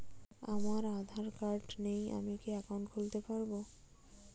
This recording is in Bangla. আমার আধার কার্ড নেই আমি কি একাউন্ট খুলতে পারব?